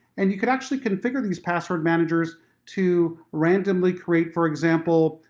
and you could actually configure these password managers to randomly create, for example,